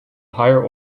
higher